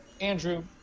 andrew